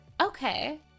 okay